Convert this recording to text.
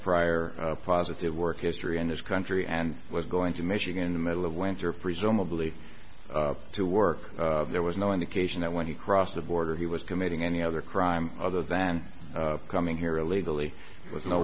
prior positive work history in his country and was going to michigan the middle of winter presumably to work there was no indication that when he crossed the border he was committing any other crime other than coming here illegally with no